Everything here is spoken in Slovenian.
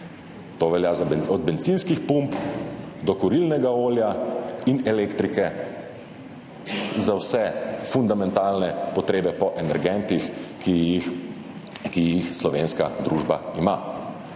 To velja od bencinskih pump do kurilnega olja in elektrike, za vse fundamentalne potrebe po energentih, ki jih slovenska družba ima.